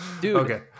Dude